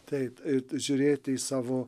taip ir žiūrėti į savo